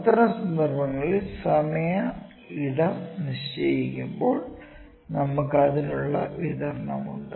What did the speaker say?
അത്തരം സന്ദർഭങ്ങളിൽ സമയ ഇടം നിശ്ചയിക്കുമ്പോൾ നമുക്കു അതിനുള്ള വിതരണമുണ്ട്